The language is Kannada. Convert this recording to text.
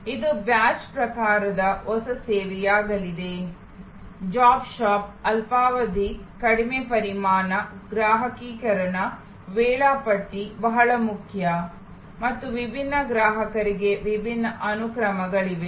ಇದು ಬ್ಯಾಚ್ ಪ್ರಕಾರದ ಹೊಸ ಸೇವೆಯಾಗಲಿದೆ ಜಾಬ್ ಶಾಪ್ ಅಲ್ಪಾವಧಿ ಕಡಿಮೆ ಪರಿಮಾಣ ಗ್ರಾಹಕೀಕರಣ ವೇಳಾಪಟ್ಟಿ ಬಹಳ ಮುಖ್ಯ ಮತ್ತು ವಿಭಿನ್ನ ಗ್ರಾಹಕರಿಗೆ ವಿಭಿನ್ನ ಅನುಕ್ರಮಗಳಿವೆ